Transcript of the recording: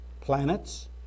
planets